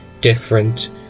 different